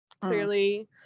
Clearly